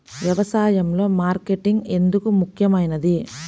వ్యసాయంలో మార్కెటింగ్ ఎందుకు ముఖ్యమైనది?